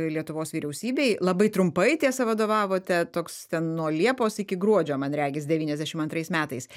lietuvos vyriausybei labai trumpai tiesa vadovavote toks ten nuo liepos iki gruodžio man regis devyniasdešim antrais metais